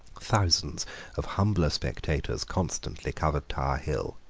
thousands of humbler spectators constantly covered tower hill.